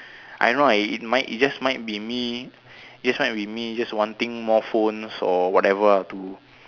I know ah it might it just might be me it just might be me just wanting more phones or whatever ah to